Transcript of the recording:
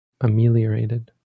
ameliorated